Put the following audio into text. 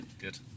good